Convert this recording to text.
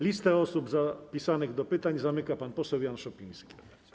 Listę osób zapisanych do pytań zamyka pan poseł Jan Szopiński.